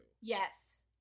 Yes